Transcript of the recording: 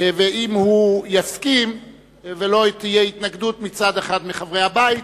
ואם הוא יסכים ולא תהיה התנגדות מצד אחד מחברי הבית,